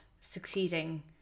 succeeding